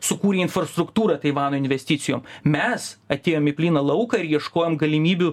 sukūrė infrastruktūrą taivano investicijom mes atėjom į plyną lauką ir ieškojom galimybių